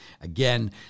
again